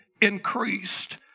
increased